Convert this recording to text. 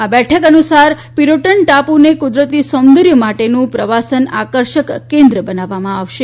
આ બેઠક અનુસાર પિરોટન ટાપૂને કુદરતી સૌંદર્ય માટેનું પ્રવાસન આકર્ષક કેન્દ્ર બનાવાશે